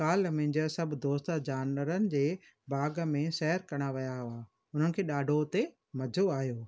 कल्ह मुंहिंजा सभु दोस्त जानवरनि जे बाग में सैर करणु विया हुआ उन्हनि खे ॾाढो हुते मजो आयो